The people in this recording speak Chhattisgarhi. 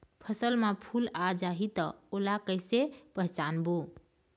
फसल म फूल आ जाही त ओला कइसे पहचानबो?